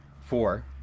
four